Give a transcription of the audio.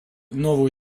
новую